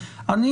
וזה